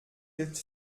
hilft